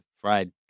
fried